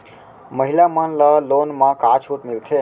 महिला मन ला लोन मा का छूट मिलथे?